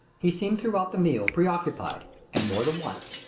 he seemed throughout the meal preoccupied and more than once,